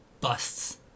busts